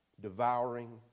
devouring